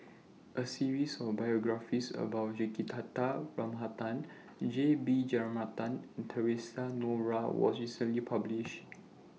A series of biographies about Juthika Ramanathan J B Jeyaretnam and Theresa Noronha was recently published